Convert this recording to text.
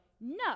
no